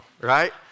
right